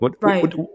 right